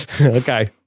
Okay